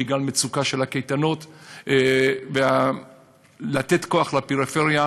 בגלל המצוקה של הקייטנות וכדי לתת כוח לפריפריה,